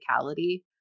physicality